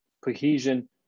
cohesion